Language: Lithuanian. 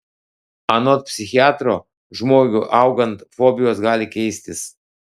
anot psichiatro žmogui augant fobijos gali keistis